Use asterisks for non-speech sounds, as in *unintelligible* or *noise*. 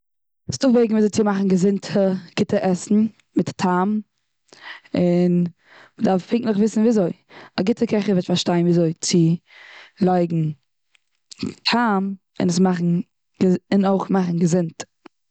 ס'איז דא וועגן וויאזוי צי מאכן געזונטע גוטע עסן מיט טעם, און מ'דארף פונקטליך וויסן וויאזוי. א גוטע קעכער וועט פארשטיין וויאזוי צו לייגן טעם, און עס מאכן *unintelligible* און אויך מאכן געזונט